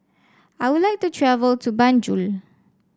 I would like to travel to Banjul